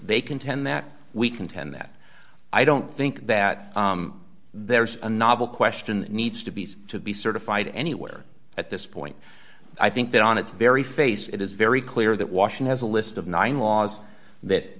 they contend that we contend that i don't think that there's a novel question that needs to be to be certified anywhere at this point i think that on its very face it is very clear that washing has a list of nine laws that